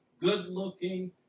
good-looking